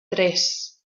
tres